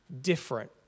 different